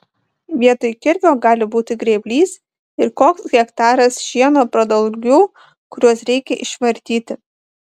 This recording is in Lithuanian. vietoj kirvio gali būti grėblys ir koks hektaras šieno pradalgių kuriuos reikia išvartyti